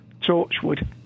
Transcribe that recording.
Torchwood